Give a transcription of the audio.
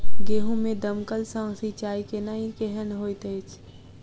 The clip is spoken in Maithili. गेंहूँ मे दमकल सँ सिंचाई केनाइ केहन होइत अछि?